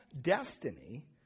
destiny